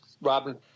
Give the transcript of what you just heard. Robin